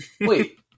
Wait